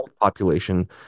population